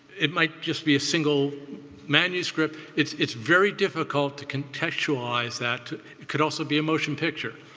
it might just be a single manuscript. it's it's very difficult to contextualize that. it could also be a motion picture.